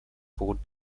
pogut